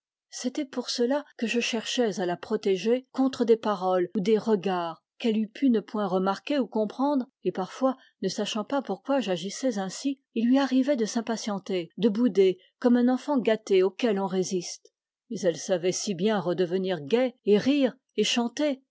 c'était pour cela que je cherchais à la protéger contre des paroles ou des regards qu'elle eût pipne point remarquer ou comprendre et parfois ne sachant pas pourquoi j'agissais ainsi il lui arrivait de s'impatienter de bouder comme un enfant gâté auquel on résiste mais elle savait si bien redevenir gale et rire et chanter